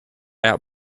out